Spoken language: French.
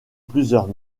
plusieurs